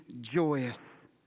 joyous